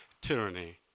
tyranny